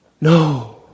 No